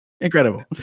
Incredible